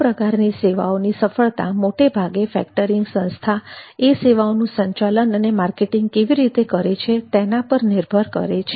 આ પ્રકારના સેવાઓની સફળતા મોટેભાગે ફેક્ટરીંગ સંસ્થા તેની સેવાઓનું સંચાલન અને માર્કેટિંગ કેવી રીતે કરે છે તેના પર નિર્ભર છે